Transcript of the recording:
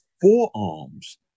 forearms